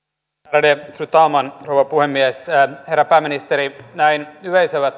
ärade fru talman rouva puhemies herra pääministeri näin yleisellä